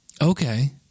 Okay